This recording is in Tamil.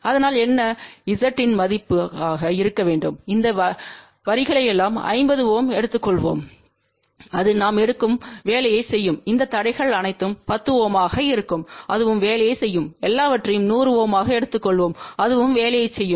அதனால் என்ன Z இன் மதிப்பாக இருக்க வேண்டும் இந்த வரிகளையெல்லாம் 50 Ω எடுத்துக்கொள்வோம் அது நாம் எடுக்கும் வேலையைச் செய்யும் இந்த தடைகள் அனைத்தும் 10 Ω ஆக இருக்கும் அதுவும் வேலையைச் செய்யும் எல்லாவற்றையும் 100 Ω ஆக எடுத்துக்கொள்வோம் அதுவும் வேலையைச் செய்யும்